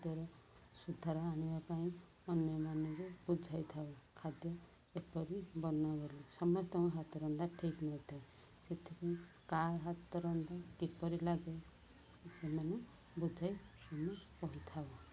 ଖାଦ୍ୟର ସୁଧାର ଆଣିବା ପାଇଁ ଅନ୍ୟମାନଙ୍କୁ ବୁଝାଇ ଥାଉ ଖାଦ୍ୟ ଏପରି ବର୍ଣ୍ କର ସମସ୍ତଙ୍କ ହାତ ରନ୍ଧା ଠିକ ନଥାଏ ସେଥିପାଇଁ କାହା ହାତ ରନ୍ଧା କିପରି ଲାଗେ ସେମାନେ ବୁଝାଇ ଆମେ କହିଥାଉ